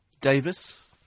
Davis